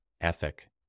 ethic